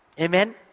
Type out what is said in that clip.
Amen